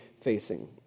facing